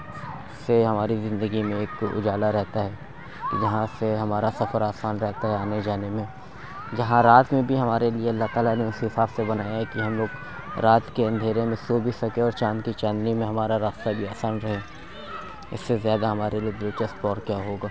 سے ہماری زندگی میں ایک اُجالا رہتا ہے یہاں سے ہمارا سفر آسان رہتا ہے ہمیں جانے میں جہاں رات میں بھی ہمارے لیے اللہ تعالیٰ نے اِس حساب سے بنایا ہے کہ ہم لوگ رات کے اندھیرے میں سو بھی سکیں اور چاند کی چاندنی میں ہمارا راستہ جو ہے آسان رہے اِس سے زیادہ ہمارے لٮٔے دلچسپ اور کیا ہوگا